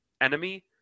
enemy